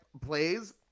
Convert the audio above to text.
plays